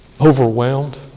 overwhelmed